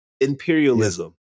imperialism